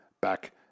back